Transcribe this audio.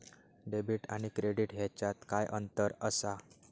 Debit आणि credit ह्याच्यात काय अंतर असा?